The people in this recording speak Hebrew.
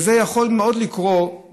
וזה יכול מאוד לקרות,